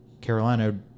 Carolina